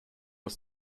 was